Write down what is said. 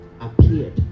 appeared